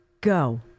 go